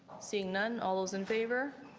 seeing none all those in favor?